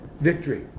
victory